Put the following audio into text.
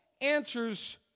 answers